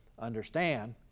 understand